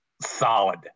solid